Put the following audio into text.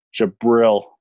Jabril